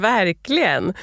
Verkligen